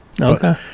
Okay